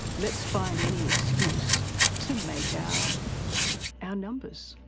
let's find any excuse to make our our numbers,